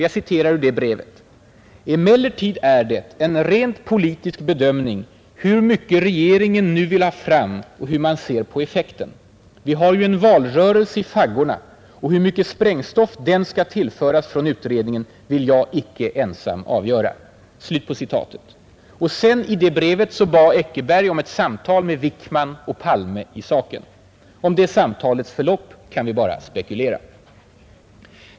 Jag citerar ur det brevet: ”Emellertid är det en rent politisk bedömning hur mycket regeringen nu vill ha fram och hur man ser på effekten. Vi har ju en valrörelse i faggorna och hur mycket sprängstoff den skall tillföras från utredningen, vill jag icke ensam avgöra.” Och sedan bad Eckerberg i brevet om ett samtal med Wickman och Palme i saken. Om det samtalets förlopp kan vi bara spekulera.